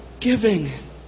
giving